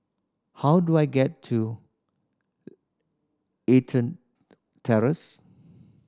how do I get to Terrace